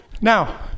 Now